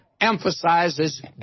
emphasizes